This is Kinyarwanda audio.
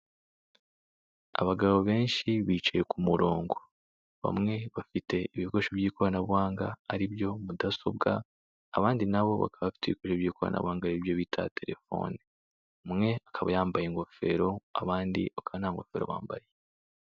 Abagabo benshi bicaye ku murongo. Bamwe bafite ibikoresho by'ikoranabuhanga ari byo mudasobwa, abandi na bo bakaba bafite ibikoresho by'ikoranabuhanga ari byo bita terefone. Umwe akaba yambaye ingofero abandi bakaba nta ngofero bambaye.